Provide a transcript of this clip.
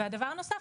והדבר הנוסף,